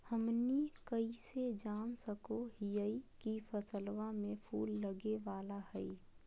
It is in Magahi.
हमनी कइसे जान सको हीयइ की फसलबा में फूल लगे वाला हइ?